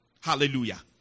Hallelujah